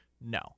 No